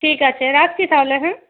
ঠিক আছে রাখছি তাহলে হ্যাঁ